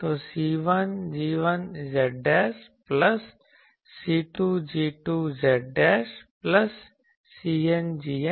तो c1g1 z plus c2g2 z plus cngn z